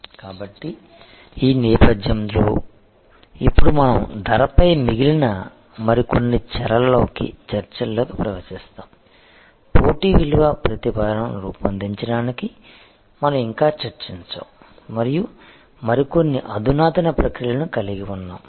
కాబట్టి ఈ నేపథ్యంతో ఇప్పుడు మనం ధరపై మిగిలిన మరికొన్ని చర్చల్లోకి ప్రవేశిస్తాము పోటీ విలువ ప్రతిపాదనను రూపొందించడానికి మనం ఇంకా చర్చించాము మరియు మరికొన్ని అధునాతన ప్రక్రియలను కలిగి ఉన్నాము